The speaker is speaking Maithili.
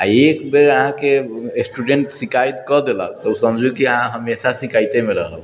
आ एक बेर अहाँकेँ स्टुडेन्ट शिकायत कए देलक समझु कि अहाँ हमेशा शिकायतेमे रहब